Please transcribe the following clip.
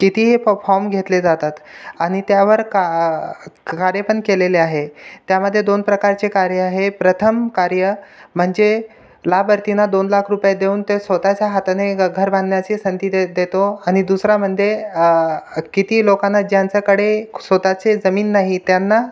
तिथेही पफॉम घेतले जातात आणि त्यावर का कार्यपण केलेले आहे त्यामध्ये दोन प्रकारचे कार्य आहे प्रथम कार्य म्हणजे लाभार्थींना दोन लाख रुपये देऊन ते स्वत च्या हाताने घ घर बांधण्याची संधी देत देतो आणि दुसरे म्हणजे किती लोकांना ज्यांच्याकडे स्वत ची जमीन नाही त्यांना